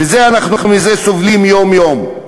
ומזה אנחנו סובלים יום-יום.